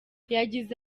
yagize